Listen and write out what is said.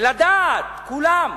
ולדעת, כולם,